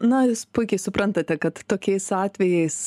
na jūs puikiai suprantate kad tokiais atvejais